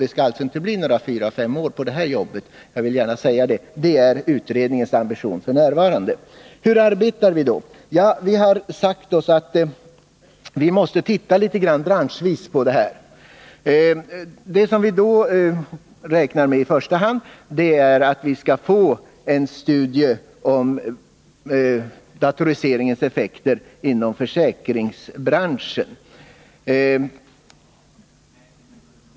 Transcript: Det skall alltså inte bli 4-5 års jobb med denna utredning, det är vår ambition. Hur arbetar vi då? Ja, vi har sagt oss att vi måste titta på dessa frågor branschvis. Vi räknar i första hand med att få en studie om datoriseringens effekter inom försäkringsbranschen.